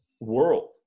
world